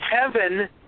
heaven